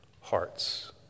hearts